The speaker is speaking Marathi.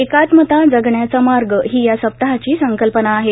एकात्मता जगण्याचा मार्ग ही या सप्ताहाची संकल्पना आहे